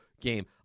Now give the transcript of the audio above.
game